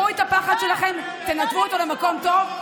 קחו את הפחד שלכם ותנתבו אותו למקום טוב.